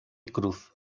cruz